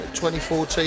2014